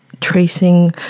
tracing